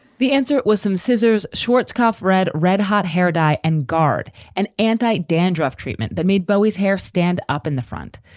the answer was some scissors. schwarzkopf red, red hot hair dye and guard and antique and dandruff treatment that made bowie's hair stand up in the front.